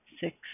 six